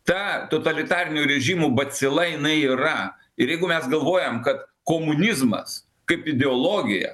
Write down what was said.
ta totalitarinių režimų bacila jinai yra ir jeigu mes galvojam kad komunizmas kaip ideologija